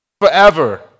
forever